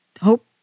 hope